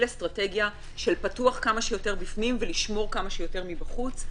אסטרטגיה של פתיחה כמה שיותר בפנים ושמירה כמה שיותר מבחוץ,